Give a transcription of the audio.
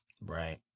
Right